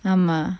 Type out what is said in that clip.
ஆமா:aama